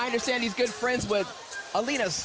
i understand he's good friends with a lead